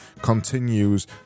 continues